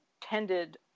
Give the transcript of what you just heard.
tended